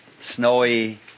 snowy